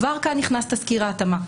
כבר כאן נכנס תסקיר ההתאמה,